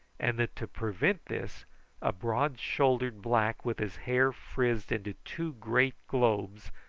and that to prevent this a broad-shouldered black with his hair frizzed into two great globes,